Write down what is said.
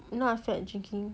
now I feel like drinking